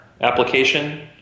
application